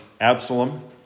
Absalom